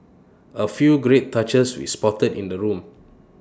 A few great touches we spotted in the room